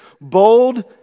bold